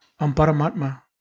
amparamatma